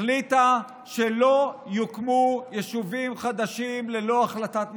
החליטה שלא יוקמו יישובים חדשים ללא החלטת ממשלה.